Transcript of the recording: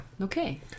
Okay